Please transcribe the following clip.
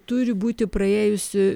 turi būti praėjusi